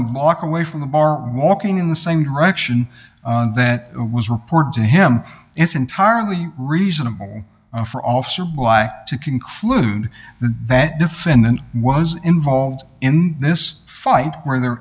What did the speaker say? a block away from the bar was being in the same direction that was reported to him it's entirely reasonable for officer lie to conclude that defendant was involved in this fight where there